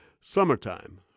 Summertime